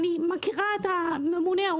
אני מכירה את הממונה,